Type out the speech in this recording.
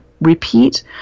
repeat